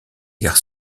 gare